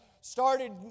started